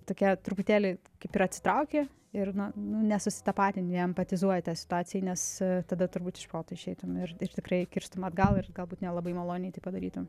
tokia truputėlį kaip ir atsitrauki ir nu nesusitapatini neempatizuoji tai situacijai nes tada turbūt iš proto išeitum ir ir tikrai kirstum atgal ir galbūt nelabai maloniai tai padarytum